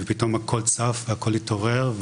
ופתאום הכול צף והכול התעורר.